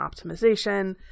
optimization